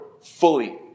fully